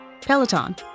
Peloton